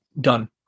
done